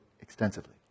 extensively